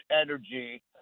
energy